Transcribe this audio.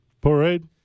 Parade